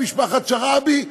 ומשפחת שרעבי,